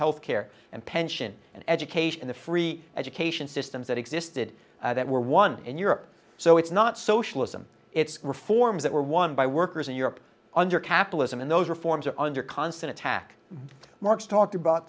care and pension and education the free education systems that existed that were won in europe so it's not socialism its reforms that were won by workers in europe under capitalism and those reforms are under constant attack marks talked about